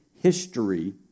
history